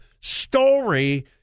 story